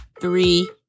three